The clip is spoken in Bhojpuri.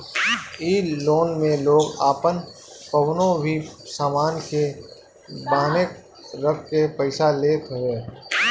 इ लोन में लोग आपन कवनो भी सामान के बान्हे रखके पईसा लेत हवे